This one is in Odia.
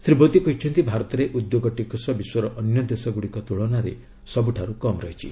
ଶ୍ରୀ ମୋଦି କହିଛନ୍ତି ଭାରତରେ ଉଦ୍ୟୋଗ ଟିକସ ବିଶ୍ୱର ଅନ୍ୟ ଦେଶଗୁଡ଼ିକ ତୁଳନାରେ ସବୁଠୁ କମ୍ ରହିଛି